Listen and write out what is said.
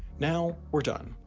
now, we're done.